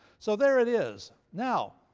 so there it is. now,